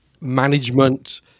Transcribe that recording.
management